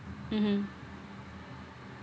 mmhmm